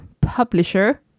publisher